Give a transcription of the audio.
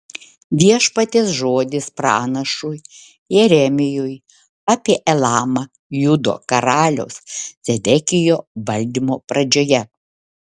viešpaties žodis pranašui jeremijui apie elamą judo karaliaus zedekijo valdymo pradžioje